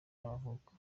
y’amavuko